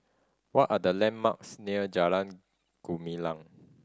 what are the landmarks near Jalan Gumilang